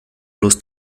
bloß